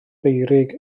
feurig